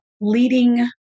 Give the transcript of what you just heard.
leading